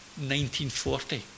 1940